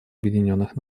объединенных